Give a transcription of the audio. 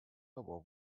lower